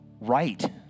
right